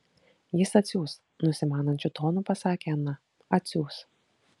jis atsiųs nusimanančiu tonu pasakė ana atsiųs